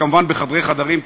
כמובן בחדרי חדרים,